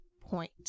point